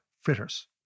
fritters